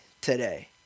today